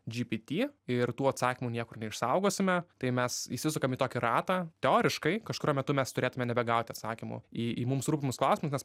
gpt ir tų atsakymų niekur neišsaugosime tai mes įsisukam į tokį ratą teoriškai kažkuriuo metu mes turėtume nebegauti atsakymų į į mums rūpimus klausimus nes